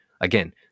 again